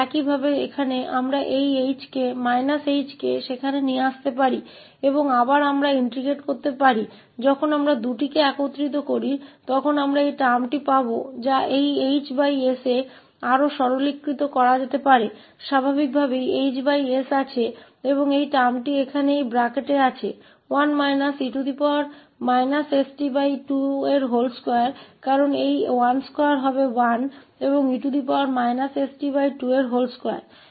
इसी तरह यहाँ हम इसे −ℎ वहाँ ला सकते हैं और फिर से हम एकीकृत कर सकते हैं जब हम दोनों को मिलाते हैं तो हमें यह शब्द मिलेगा जिसे इस hs के लिए और अधिक सरल बनाया जा सकता है स्वाभाविक hs रूप से वहाँ है और यह शब्द यहाँ इस ब्रैकेट में है जो है 1 − e sT22 क्योंकि यह 12 वहाँ 1 है और2 है